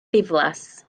ddiflas